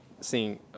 seeing